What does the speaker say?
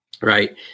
Right